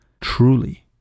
truly